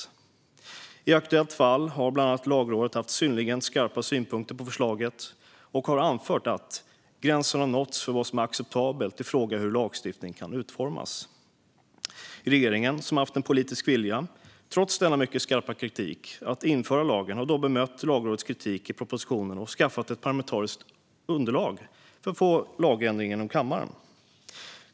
I det aktuella fallet har bland annat Lagrådet haft synnerligen skarpa synpunkter på förslaget och anfört att gränsen har nåtts för vad som är acceptabelt i fråga om hur lagstiftning kan utformas. Regeringen, som har haft en politisk vilja att trots denna mycket skarpa kritik införa lagen, har då bemött Lagrådets kritik i propositionen och skaffat ett parlamentariskt underlag för att få igenom lagändringen i kammaren.